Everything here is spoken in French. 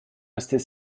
rester